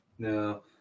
No